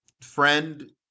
friend